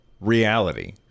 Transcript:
reality